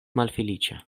malfeliĉa